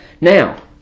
Now